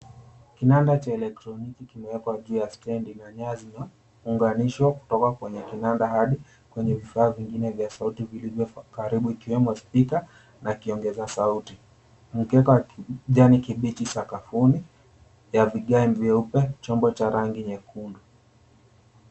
Kinanda cha elektroniki kimewekwa juu ya stendi na nyaya zimeunganishwa kutoka kwenye kinanda hadi kwenye vifaa vingine vya sauti vilivyo karibu ikiwemo spika na kiongeza sauti, mkeka wa kijani kibichi sakafuni ya vigae vyeupe, chombo cha rangi nyekundu.